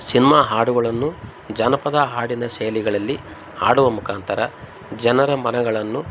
cinema ಹಾಡುಗಳನ್ನು ಜಾನಪದ ಹಾಡಿನ ಶೈಲಿಗಳಲ್ಲಿ ಹಾಡುವ ಮುಖಾಂತರ ಜನರ ಮನಗಳನ್ನು